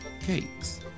cakes